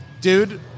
Dude